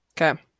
Okay